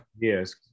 yes